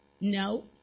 no